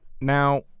Now